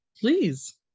Please